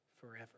forever